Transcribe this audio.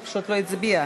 הוא פשוט לא הצביע.